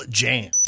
jam